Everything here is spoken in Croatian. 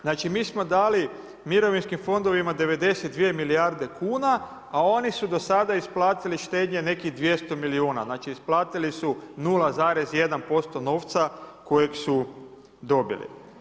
Znači mi smo dali mirovinskim fondovima 92 milijarde kuna, a oni su do sada isplatili štednje nekih 200 milijuna, znači isplatili su 0,1% novca kojeg su dobili.